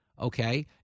Okay